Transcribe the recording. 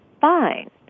fine